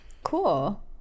cool